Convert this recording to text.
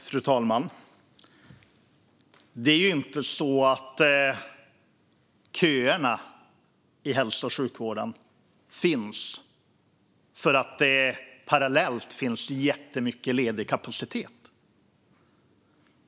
Fru talman! Det är ju inte så att köerna i hälso och sjukvården finns för att det parallellt finns jättemycket ledig kapacitet.